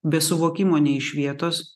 be suvokimo nei iš vietos